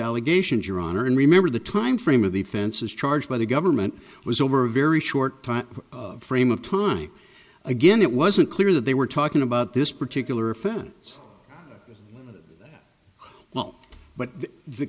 allegations your honor and remember the time frame of the fences charged by the government was over a very short time frame of time again it wasn't clear that they were talking about this particular offense while but the